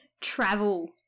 travel